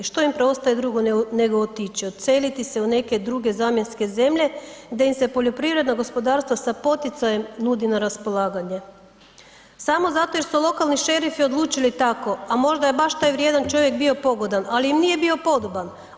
Što im preostaje drugo nego otići, odseliti se u neke druge zamjenske zemlje gdje im se poljoprivredno gospodarstvo sa poticajem nudi na raspolaganje, samo zato jer su lokalni šerifi odlučili tako, a možda je baš taj vrijedan čovjek bio pogodan, ali nije bio podoban.